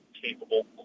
capable